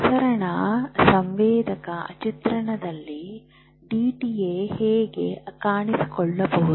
ಪ್ರಸರಣ ಸಂವೇದಕ ಚಿತ್ರಣದಲ್ಲಿ ಡಿಟಿಐ ಹೀಗೆ ಕಾಣಿಸಿಕೊಳ್ಳುವುದು